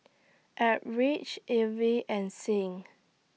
Eldridge Evie and Sing